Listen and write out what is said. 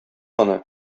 аны